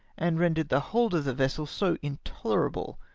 and rendered the hold of the vessel so in tolerable,